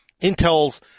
intel's